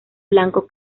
blanco